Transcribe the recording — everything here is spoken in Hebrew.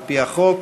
על-פי החוק,